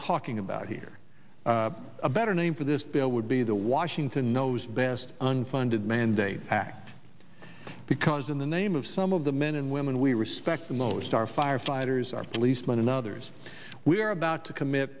talking about here a better name for this bill would be the washington knows best unfunded mandates act because in the name of some of the men and women we respect the most our firefighters our policemen another's we are about to commit